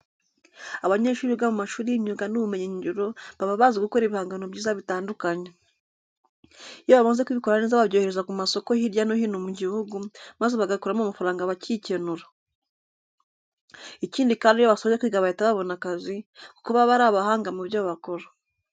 Abanyeshuri biga mu mashuri y'imyuga n'ubumenyingiro, baba bazi gukora ibihangano byiza bitandukanye. Iyo bamaze kubikora neza babyohereza ku masoko hirya no hino mu gihugu, maze bagakuramo amafaranga bakikenura. Ikindi kandi iyo basoje kwiga bahita babona akazi kuko baba ari abahanga mu byo bakora.